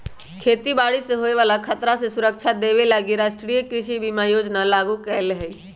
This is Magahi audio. खेती बाड़ी से होय बला खतरा से सुरक्षा देबे लागी राष्ट्रीय कृषि बीमा योजना लागू कएले हइ